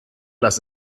lass